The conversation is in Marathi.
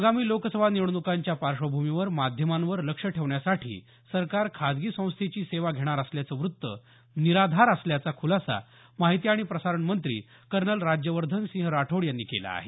आगामी लोकसभा निवडणुकांच्या पार्श्वभूमीवर माध्यमांवर लक्ष ठेवण्यासाठी सरकार खाजगी संस्थेची सेवा घेणार असल्याचं वृत्त निराधार असल्याचा खुलासा माहिती आणि प्रसारण मंत्री कर्नल राज्यवर्धन राठोड यांनी केला आहे